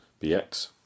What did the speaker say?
BX